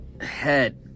head